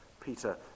Peter